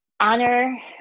honor